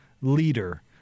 leader